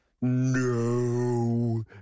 No